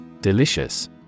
Delicious